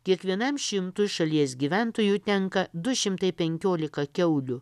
kiekvienam šimtui šalies gyventojų tenka du šimtai penkiolika kiaulių